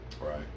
Right